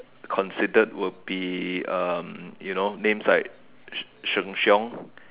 considered would be um you know names like Sheng Sheng-Siong